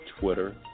Twitter